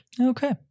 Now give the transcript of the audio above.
Okay